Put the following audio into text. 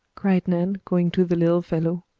cried nan, going to the little fellow.